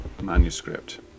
manuscript